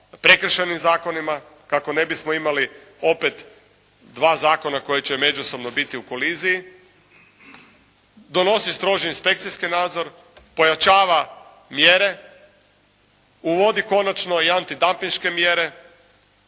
prekršajnim zakonima kako ne bismo imali opet dva zakona koji će međusobno biti u koliziji, donosi stroži inspekcijski nadzor, pojačava mjere, uvodi konačno i antidampinške mjere,